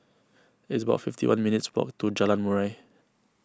it's about fifty one minutes' walk to Jalan Murai